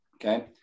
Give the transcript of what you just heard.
Okay